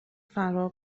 فرا